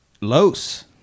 Los